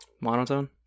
Monotone